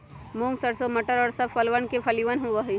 मूंग, सरसों, मटर और सब फसलवन के फलियन होबा हई